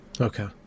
Okay